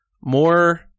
more